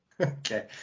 okay